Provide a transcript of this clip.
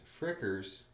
Frickers